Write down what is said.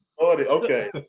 Okay